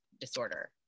disorder